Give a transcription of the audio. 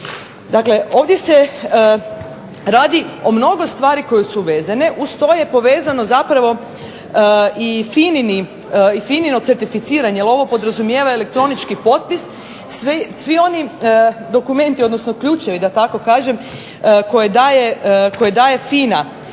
Dakle, ovdje se radi o mnogo stvari koje su povezane. Uz to je povezano i FINA-ino certicifiranje jer ovo podrazumijeva elektronički potpis. Svi oni dokumenti odnosno ključevi da tako kažem koje daje FINA